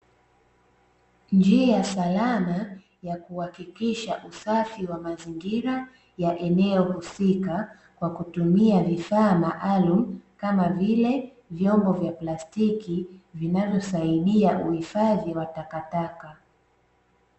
Njia salama ya kuhakikisha usafi wa mazingira ya eneo husika, kwa kutumia vifaa maalumu kama vile; vyombo vya plastiki vinavyosaidia uhifadhi wa takataka.